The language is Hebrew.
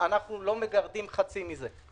אנחנו לא מגרדים חצי מזה.